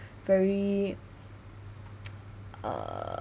very err